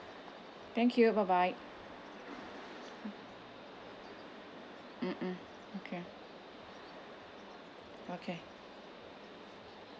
thank you bye bye mm mm okay okay